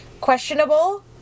questionable